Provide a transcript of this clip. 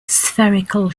spherical